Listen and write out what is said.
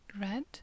Red